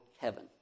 heaven